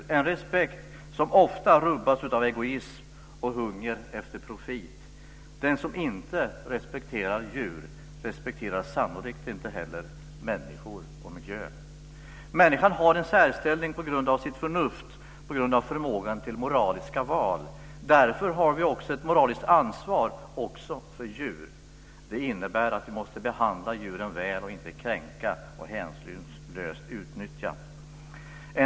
Det är en respekt som ofta rubbas av egoism och hunger efter profit. Den som inte respekterar djur respekterar sannolikt inte heller människor och miljö. Människan har en särställning på grund av sitt förnuft och på grund av förmågan till moraliska val. Därför har vi ett moraliskt ansvar också för djuren. Det innebär att vi måste behandla djuren väl, och inte kränka och hänsynslöst utnyttja dem.